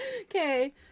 Okay